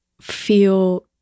feel